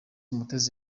mutesi